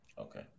Okay